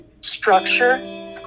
structure